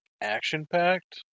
action-packed